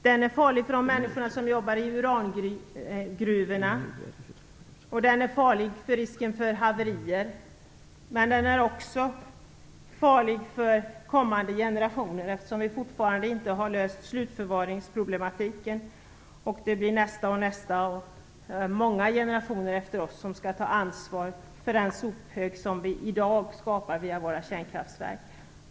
Den är farlig för de människor som arbetar i urangruvorna, den är farlig med tanke på risk för haverier och den är farlig för kommande generationer eftersom vi fortfarande inte har löst slutförvaringsproblemen. Det är kommande generationer som skall ta ansvar för de sophögar som vi i dag skapar via våra kärnkraftverk.